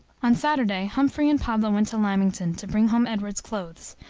on saturday, humphrey and pablo went to lymington, to bring home edward's clothes,